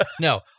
No